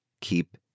keep